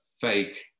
fake